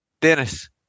Dennis